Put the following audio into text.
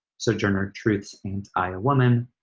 sojourner truth's, ain't i a woman,